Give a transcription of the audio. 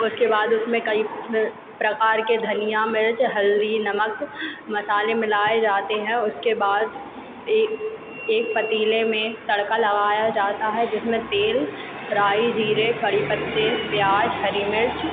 उसके बाद उसमें कई प्रकार के धनिया मिर्च हल्दी नमक मसाले मिलाए जाते हैं उसके बाद ए एक पतीले में तड़का लगाया जाता है जिसमें तेल राई जीरे कढ़ी पत्ते प्याज हरी मिर्च